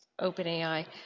OpenAI